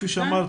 כפי שאמרת,